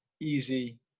easy